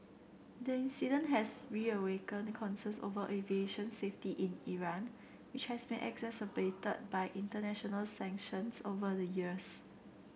the incident has reawakened concerns over aviation safety in Iran which has been exacerbated by international sanctions over the years